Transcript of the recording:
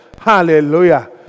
Hallelujah